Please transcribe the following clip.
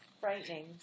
frightening